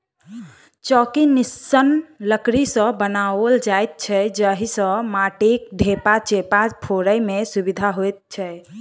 चौकी निस्सन लकड़ी सॅ बनाओल जाइत छै जाहि सॅ माटिक ढेपा चेपा फोड़य मे सुविधा होइत छै